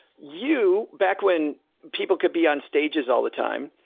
you back when people could be on stages all the time,